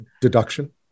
deduction